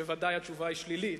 אני יודע שוודאי התשובה היא שלילית,